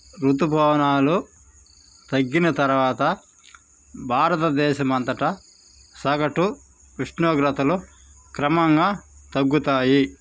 రుతుపవనాలు తగ్గిన తర్వాత భారతదేశమంతటా సగటు ఉష్ణోగ్రతలు క్రమంగా తగ్గుతాయి